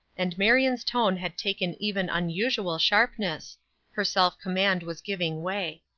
and marion's tone had taken even unusual sharpness her self-command was giving way.